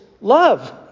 love